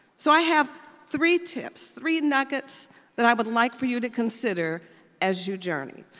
so i have three tips, three nuggets that i would like for you to consider as you journey,